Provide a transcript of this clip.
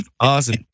Awesome